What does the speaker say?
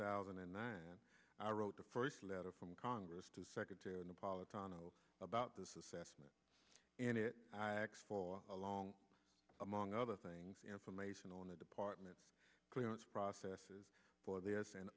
thousand and nine i wrote the first letter from congress to secretary and apollo tano about this assessment and it acts for a long among other things information on the department clearance processes for the s and